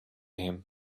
him